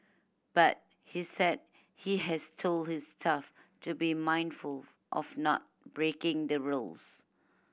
but he said he has told his staff to be mindful of not breaking the rules